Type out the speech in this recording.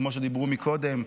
כמו שדיברו קודם,